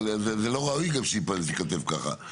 זה לא ראוי שזה ייכתב ככה,